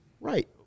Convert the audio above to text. Right